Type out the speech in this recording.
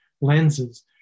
lenses